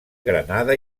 granada